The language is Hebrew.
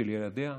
של ילדיה?